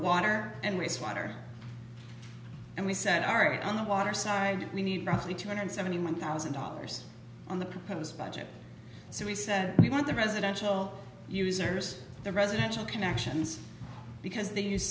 water and wastewater and we sent our underwater side we need roughly two hundred seventy one thousand dollars on the proposed budget so we said we want the residential users the residential connections because they use